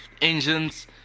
engines